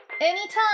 Anytime